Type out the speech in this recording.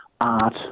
art